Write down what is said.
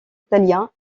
italien